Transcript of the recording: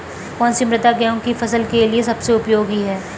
कौन सी मृदा गेहूँ की फसल के लिए सबसे उपयोगी है?